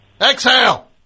Exhale